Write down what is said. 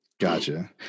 Gotcha